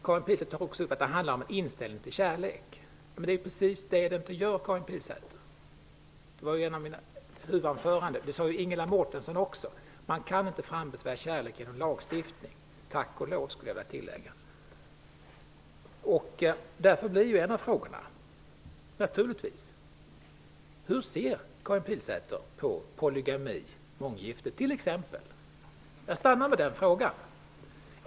Karin Pilsäter tar också upp att det hela handlar om inställningen till kärlek. Men det är precis vad frågan inte handlar om, Karin Pilsäter! Det framgick av mitt huvudanförande, och det sade Ingela Mårtensson också. Det går inte att frambesvärja kärlek med hjälp av lagstiftning -- tack och lov. Därför blir en av frågorna, naturligtvis, hur Karin Pilsäter ser på polygami, månggifte. Jag stannar vid den frågan.